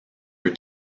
her